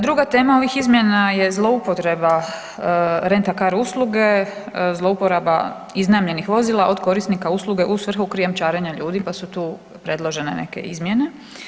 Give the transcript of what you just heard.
Druga tema ovih izmjena je zloupotreba rent-a-car usluge, zlouporaba iznajmljenih vozila od korisnika usluge u svrhu krijumčarenja ljudi, pa su tu predložene neke izmjene.